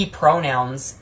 pronouns